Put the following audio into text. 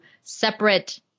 separate